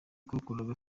twakoraga